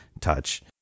touch